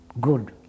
good